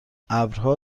ابرها